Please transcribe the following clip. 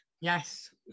Yes